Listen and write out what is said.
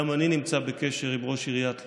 גם אני נמצא בקשר עם ראש עיריית לוד,